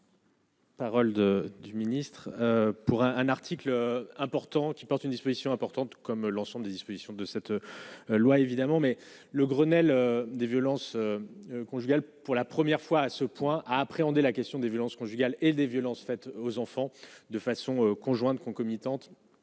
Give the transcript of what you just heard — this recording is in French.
Parole de du ministre pour un un article important qui porte une disposition importante, comme l'ensemble des dispositions de cette loi, évidemment, mais le Grenelle des violences conjugales, pour la première fois à ce point à appréhender la question des violences conjugales et des violences faites aux enfants de façon conjointe concomitante